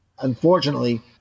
unfortunately